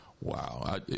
Wow